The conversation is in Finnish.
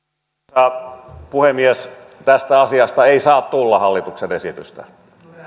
arvoisa puhemies tästä asiasta ei saa tulla hallituksen esitystä